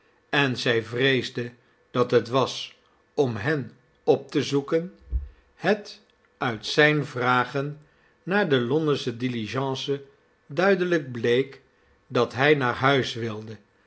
en zij vreesde dat het was om hen op te zoeken het uit zijn vragen naar de londensche diligence duidelijk bleek dat hij naar huis wilde